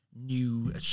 new